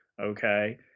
okay